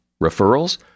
Referrals